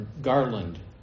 Garland